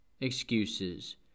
excuses